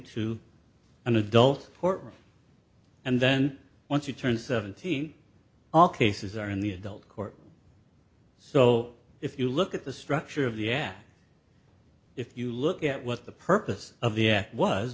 to an adult court and then once you turn seventeen all cases are in the adult court so if you look at the structure of the ad if you look at what the purpose of the